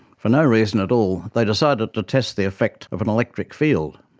for no reason at all, they decided to test the effect of an electric field.